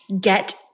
get